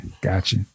gotcha